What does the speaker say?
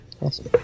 awesome